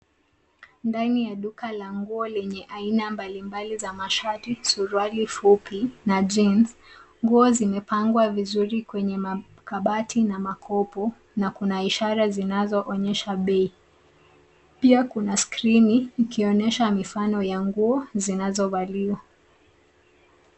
Ndani ya duka la nguo lenye aina mbalimbali za mashati, suruali fupi na jeans, nguo zimepangwa vizuri kwenye makabati na makopo na kuna ishara zinazoonyesha bei. Pia kuna screen ikionyesha mifano ya nguo zinazovaliwa.